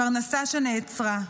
פרנסה נעצרה.